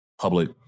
public